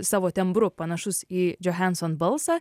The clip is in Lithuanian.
savo tembru panašus į johnson balsą